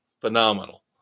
Phenomenal